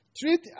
Treat